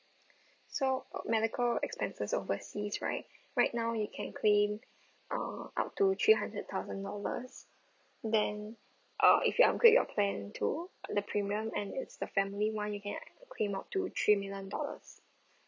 so medical expenses overseas right right now you can claim uh up to three hundred thousand dollars then uh if you upgrade your plan to the premium and it's the family one you can claim up to three million dollars